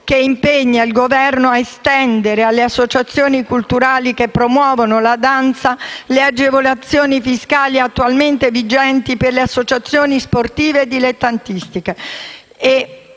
che impegna il Governo a estendere anche alle associazioni culturali che promuovono la danza le agevolazioni fiscali attualmente vigenti per le associazioni sportive dilettantistiche;